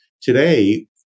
Today